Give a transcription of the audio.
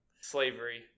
Slavery